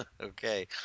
Okay